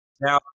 now